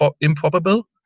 Improbable